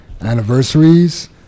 anniversaries